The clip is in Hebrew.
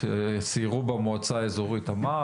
סיירו במועצה האזורית תמר,